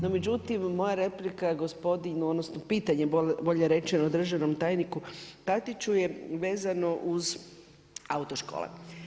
No međutim, moja replika je gospodinu, odnosno pitanje bolje rečeno, državnom tajniku Katiću je vezano uz autoškole.